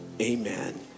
amen